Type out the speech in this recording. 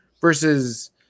versus